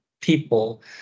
people